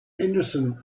henderson